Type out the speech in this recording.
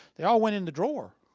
they all went in the drawer.